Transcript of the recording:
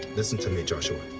listen to me, joshua.